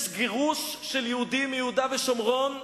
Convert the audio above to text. יש גירוש של יהודים מיהודה ושומרון,